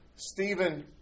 Stephen